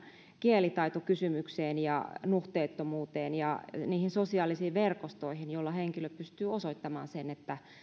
kielitaitokysymykseen ja nuhteettomuuteen ja niihin sosiaalisiin verkostoihin joilla henkilö pystyy osoittamaan sen että